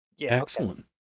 Excellent